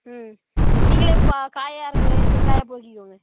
ம் நீங்கள் காயாக இருக்கு செங்காயாக பொறுக்கிக்கங்க